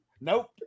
nope